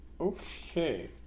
Okay